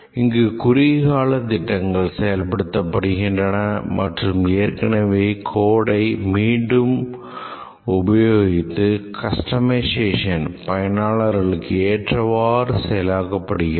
இங்கு குறுகிய கால திட்டங்கள் செயல்படுத்தப்படுகின்றன மற்றும் ஏற்கனவே உள்ள codeஐ மீண்டும் உபயோகித்து customization செயலாக்கப்படுகிறது